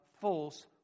false